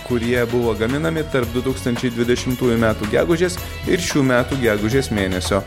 kurie buvo gaminami tarp du tūkstančiai dvidešimtųjų metų gegužės ir šių metų gegužės mėnesio